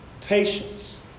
patience